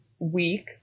Week